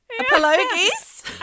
Apologies